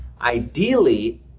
ideally